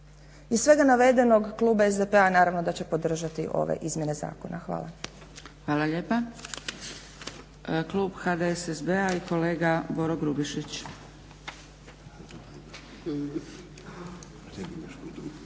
Iz svega navedenog klub SDP-a naravno da će podržati ove izmjene zakona. Hvala. **Zgrebec, Dragica (SDP)** Hvala lijepa. Klub HDSSB-a i kolega Boro Grubišić.